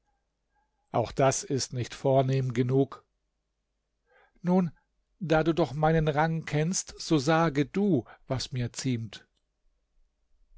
auch das ist nicht vornehm genug nun da du doch meinen rang kennst so sage du was mir ziemt